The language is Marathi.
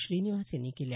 श्रीनिवास यांनी केल्या